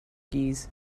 keys